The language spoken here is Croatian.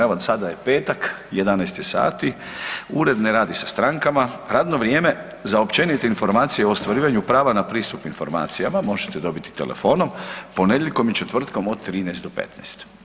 Evo sada je petak, 11 je sati, ured ne radi sa strankama, radno vrijeme za općenite informacije o ostvarivanju prava na pristup informacijama možete dobiti telefonom ponedjeljkom i četvrtkom od 13 do 15.